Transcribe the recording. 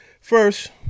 first